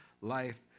life